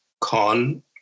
con